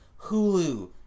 Hulu